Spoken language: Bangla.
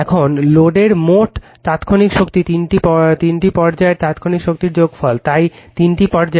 এখন লোডের মোট তাৎক্ষণিক শক্তি তিনটি পর্যায়ের তাত্ক্ষণিক শক্তির যোগফল তাই তিনটি পর্যায়